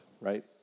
right